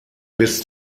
bis